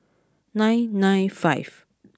nine nine five